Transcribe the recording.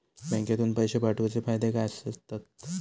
बँकेतून पैशे पाठवूचे फायदे काय असतत?